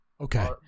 Okay